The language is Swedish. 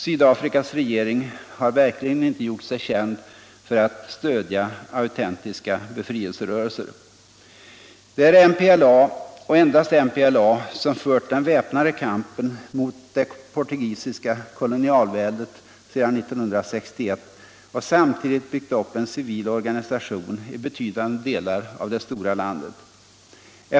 Sydafrikas regering har verkligen inte gjort sig känd för att stödja autentiska befrielserörelser. Det är MPLA, och endast MPLA, som fört den väpnade kampen mot det portugisiska kolonialväldet sedan 1961 och samtidigt byggt upp en civil organisation i betydande delar av det stora landet.